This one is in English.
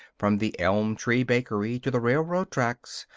from the elm tree bakery to the railroad tracks,